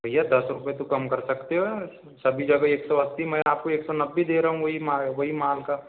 भैया दस रुपये तो कम कर सकते हो सभी जगह एक सौ अस्सी में आपको एक सौ नब्बे दे रहा हूँ वही माल वही माल का